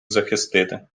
захистити